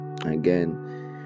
Again